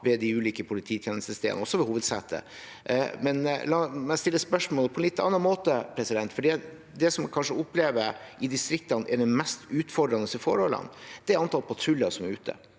ved de ulike polititjenestestedene, også ved hovedsetet. La meg stille spørsmålet på en litt annen måte, for det man kanskje opplever i distriktene som det mest utfordrende forholdet, er antall patruljer som er ute.